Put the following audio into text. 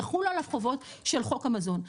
יחולו עליו חובות של חוק המזון.